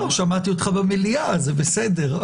שמעתי אותך במליאה, זה בסדר.